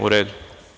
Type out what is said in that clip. U redu.